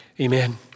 amen